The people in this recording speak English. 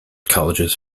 colleges